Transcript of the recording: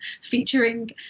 Featuring